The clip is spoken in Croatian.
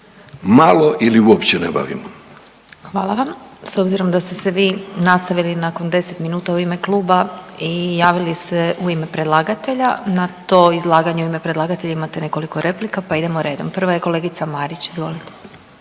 Sabina (SDP)** Hvala vam. S obzirom da ste se vi nastavili nakon 10 minuta u ime kluba i javili se u ime predlagatelja na to izlaganje u ime predlagatelja imate nekoliko replika, pa idemo redom. Prva je kolegica Marić, izvolite.